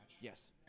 yes